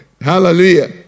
Hallelujah